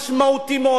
משמעותי מאוד.